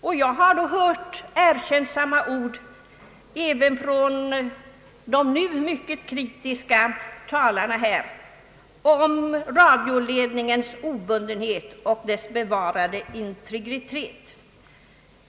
Jag har åtminstone hört erkänn samma ord även från de nu mycket kritiska talarna här om radioledningens obundenhet och dess bevarade integritet.